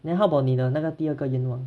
then how about 你的那个第二个愿望